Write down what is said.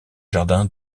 jardin